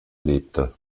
lebte